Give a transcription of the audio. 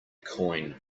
coin